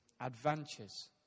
Adventures